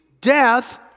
death